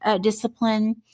discipline